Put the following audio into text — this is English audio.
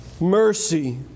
mercy